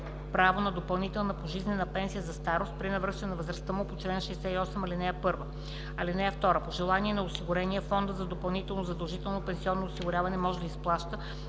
право на допълнителна пожизнена пенсия за старост при навършване на възрастта му по чл. 68, ал.1. (2) По желание на осигурения фондът за допълнително задължително пенсионно осигуряване може да изплаща